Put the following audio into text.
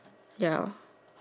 ya